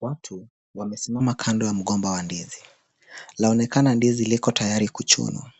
Watu wamesimama kando ya mgomba wa ndizi. Laonekana ndizi liko tayari kuchunwa